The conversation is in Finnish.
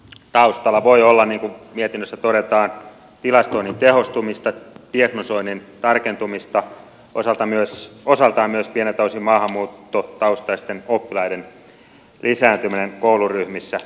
taustalla voi olla niin kuin mietinnössä todetaan tilastoinnin tehostumista diagnosoinnin tarkentumista osaltaan myös pieneltä osin maahanmuuttotaustaisten oppilaiden lisääntyminen kouluryhmissä